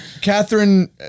Catherine